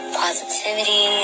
positivity